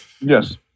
Yes